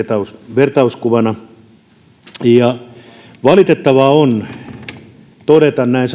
vertauskuvana valitettavaa on todeta näin